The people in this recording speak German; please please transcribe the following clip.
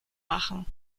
machen